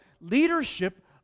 leadership